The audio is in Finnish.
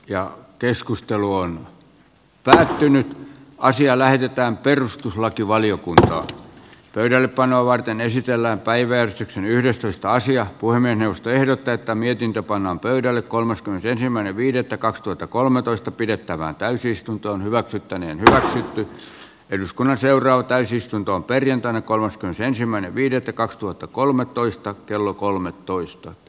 ja keskustelu on päätynyt asia lähetetään perustuslakivaliokuntaan pöydällepanoa varten esitellään päivä yhdestoista sija huimien ostoehdot täyttä mietintö pannaan pöydälle kolmaskymmenesensimmäinen viidettä kaksituhattakolmetoista pidettävään täysistuntoon hyväksyttäneen ykssa eduskunnan seuraava täysistunto perjantaina kolmaskymmenesensimmäinen viidettä kaksituhattakolmetoista kello kolmetoista